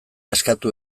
eskatu